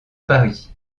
paris